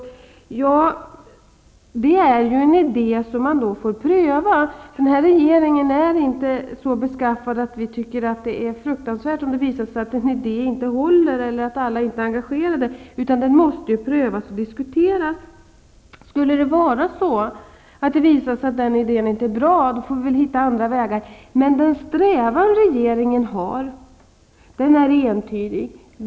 Det är en idé som måste prövas. Den här regeringen är inte så beskaffad att vi tycker att det är fruktansvärt om det visar sig att en idé inte håller eller att alla inte är engagerade. Idén måste prövas och diskuteras. Skulle det visa sig att idén inte är bra, får vi hitta andra vägar. Men den strävan regeringen har är entydig.